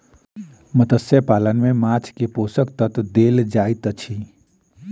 मत्स्य पालन में माँछ के पोषक तत्व देल जाइत अछि